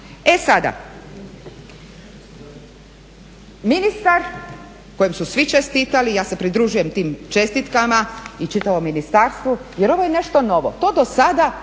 E sada, ministar kojem su svi čestitali i ja se pridružujem tim čestitkama i čitavom ministarstvu jer ovo je nešto novo. To do sada